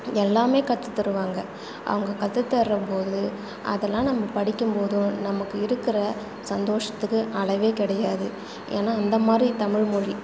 எல்லாமே கத்துத் தருவாங்க அவங்க கத்துத் தரும்போது அதெல்லாம் நம்ம படிக்கும்போதோ நமக்கு இருக்கிற சந்தோஷத்துக்கு அளவே கிடையாது ஏன்னால் அந்தமாதிரி தமிழ்மொழி